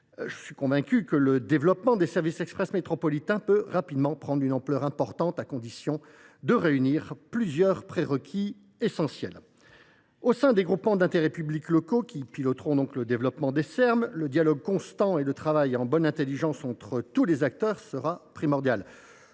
Je suis convaincu que le développement des services express métropolitains peut rapidement prendre une ampleur importante, à condition de réunir plusieurs prérequis essentiels. Au sein des groupements d’intérêt public (GIP) locaux qui piloteront le développement des Serm, le dialogue constant et le travail en bonne intelligence entre tous les acteurs seront primordiaux.